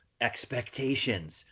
expectations